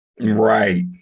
Right